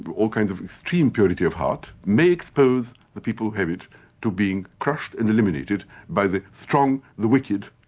but all kinds of extreme purity of heart, may expose the people who have it to be crushed and eliminated by the strong, the wicked,